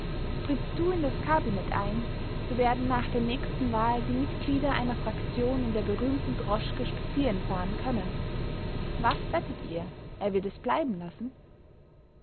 trittst du in das kabinett ein so werden nach der nächsten wahl die mitglieder einer fraktion in der berühmten droschke spazieren fahren können was wettet ihr er wird es bleiben lassen